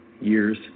years